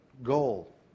Goal